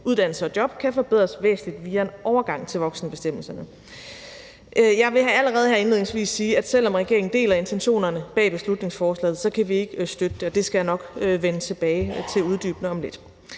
uddannelse og job kan forbedres væsentligt via en overgang til voksenbestemmelserne. Jeg vil allerede her indledningsvis sige, at selv om regeringen deler intentionerne bag beslutningsforslaget, kan vi ikke støtte det, og det skal jeg nok vende tilbage til og uddybe om lidt. Som